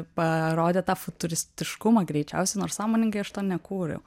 parodė tą futuristiškumą greičiausiai nors sąmoningai aš to nekūriau